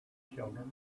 children